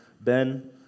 Ben